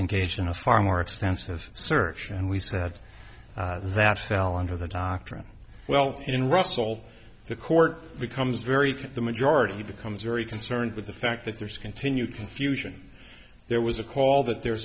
engaged in a far more extensive search and we said that fell under the doctrine well in russell the court becomes very the majority becomes very concerned with the fact that there's continue confusion there was a call that there